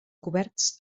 coberts